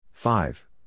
Five